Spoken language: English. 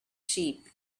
sheep